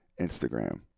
Instagram